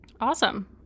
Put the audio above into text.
Awesome